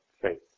faith